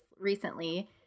recently